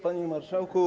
Panie Marszałku!